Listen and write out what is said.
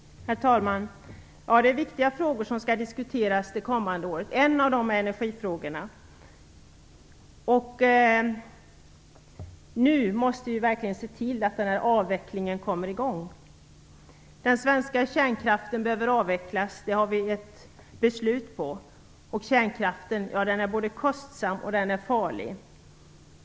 Herr talman! Det är viktiga frågor som skall diskuteras under det kommande året, en av dem är energifrågan. Vi måste se till att en avveckling av kärnkraften kommer i gång. Den svenska kärnkraften bör avvecklas - det har vi ett beslut på. Kärnkraften är både kostsam och farlig.